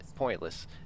pointless